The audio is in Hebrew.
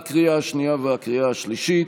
התש"ף 2020, לקריאה השנייה ולקריאה השלישית.